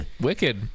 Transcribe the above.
Wicked